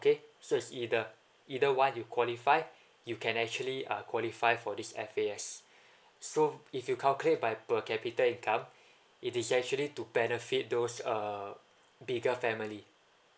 okay so is either either one you qualify you can actually uh qualify for these F_A_S so if you calculate by per capital income it is actually to benefit those um bigger family